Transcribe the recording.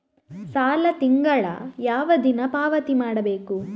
ಸಾಲ ತಿಂಗಳ ಯಾವ ದಿನ ಪಾವತಿ ಮಾಡಬೇಕು?